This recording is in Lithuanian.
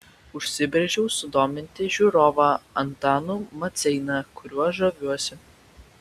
užsibrėžiau sudominti žiūrovą antanu maceina kuriuo žaviuosi